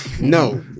No